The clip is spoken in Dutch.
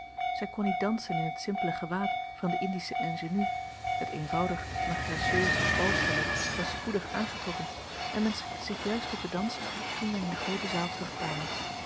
zij kon niet dansen in het simpele gewaad van de indische ingénue het eenvoudig maar gracieus baltoilet was spoedig aangetrokken en men schikte zich juist tot den dans toen wjj in de groote zaal terugkwamen